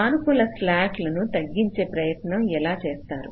సానుకూల స్లాక్లను తగ్గించే ప్రయత్నం ఎలా చేస్తారు